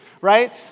right